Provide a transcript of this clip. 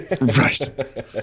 Right